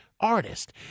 Artist